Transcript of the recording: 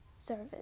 service